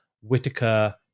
Whitaker